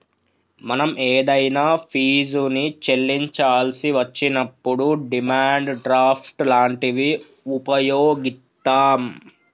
మనం ఏదైనా ఫీజుని చెల్లించాల్సి వచ్చినప్పుడు డిమాండ్ డ్రాఫ్ట్ లాంటివి వుపయోగిత్తాం